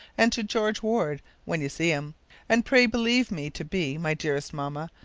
and to george warde when you see him and pray believe me to be, my dearest mamma,